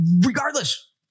regardless